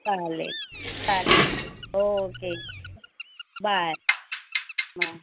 चालेल चालेल okay bye bye